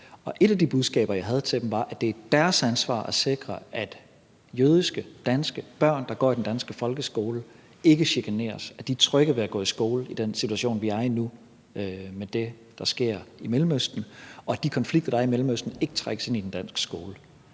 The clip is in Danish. og et af de budskaber, jeg havde til dem, var, at det er deres ansvar at sikre, at jødiske danske børn, der går i den danske folkeskole, ikke chikaneres, og at de er trygge ved at gå i skole i den situation, vi er i nu med det, der sker i Mellemøsten, og at de konflikter, der er i Mellemøsten, ikke trækkes ind i den danske skole.